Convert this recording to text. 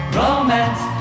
romance